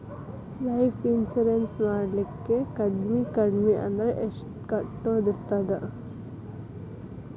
Life insurance ನ ಮಾಡ್ಲಿಕ್ಕೆ ಕಡ್ಮಿ ಕಡ್ಮಿ ಅಂದ್ರ ಎಷ್ಟ್ ಕಟ್ಟೊದಿರ್ತದ?